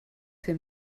him